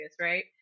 right